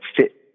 fit